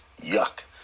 yuck